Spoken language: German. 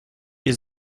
ihr